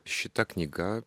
šita knyga